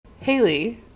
Haley